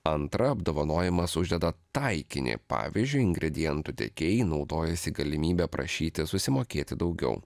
antra apdovanojimas uždeda taikinį pavyzdžiui ingredientų tiekėjai naudojasi galimybe prašyti susimokėti daugiau